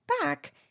back